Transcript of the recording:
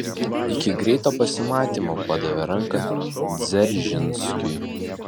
iki greito pasimatymo padavė ranką dzeržinskiui